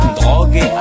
Drogue